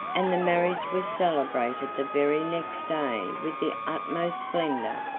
and the marriage was celebrated the very next day with the utmost splendor,